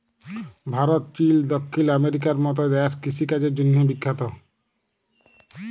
Bharat, Chile, দখ্খিল আমেরিকার মত দ্যাশ কিষিকাজের জ্যনহে বিখ্যাত